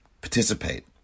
participate